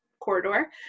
corridor